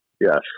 yes